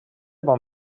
bon